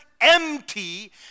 empty